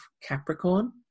capricorn